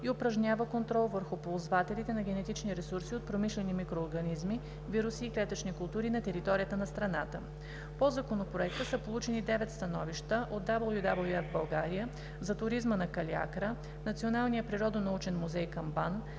и упражнява контрол върху ползвателите на генетични ресурси от промишлени микроорганизми, вируси и клетъчни култури на територията на страната. По Законопроекта са получени девет становища от: WWF България, „За туризма на Калиакра“, Националния природонаучен музей към